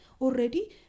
already